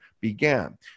began